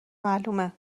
معلومه